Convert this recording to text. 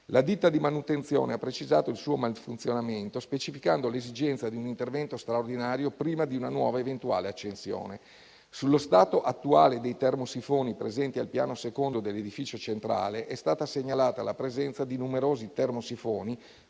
La ditta di manutenzione ha precisato il suo malfunzionamento specificando l'esigenza di un intervento straordinario prima di una nuova eventuale accensione. Sullo stato attuale dei termosifoni presenti al piano secondo dell'edificio centrale, è stata segnalata la presenza di numerosi termosifoni,